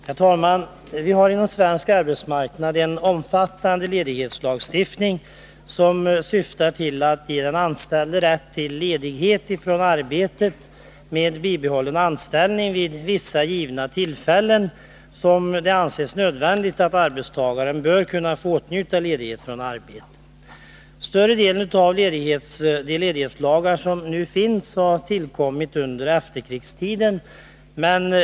Herr talman! Vi har på svensk arbetsmarknad en omfattande ledighetslagstiftning, som syftar till att ge den anställde rätt till ledighet från arbetet med bibehållen anställning vid vissa givna tillfällen, då det anses att arbetstagaren bör kunna få åtnjuta ledighet från arbetet. De flesta av de ledighetslagar som nu finns har tillkommit under efterkrigstiden.